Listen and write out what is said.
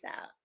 out